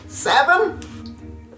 Seven